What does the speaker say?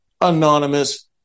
anonymous